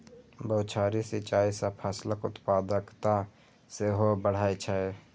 बौछारी सिंचाइ सं फसलक उत्पादकता सेहो बढ़ै छै